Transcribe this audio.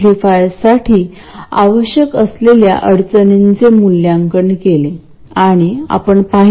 तर हे ac coupling म्हणून ओळखले जाते आणि ज्या प्रकारे आपण RL ट्रान्झिस्टरशी जोडतो ते आपल्या मूळ कॉमन सोर्स ऍम्प्लिफायर सारखेच आहे